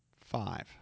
five